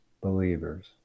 believers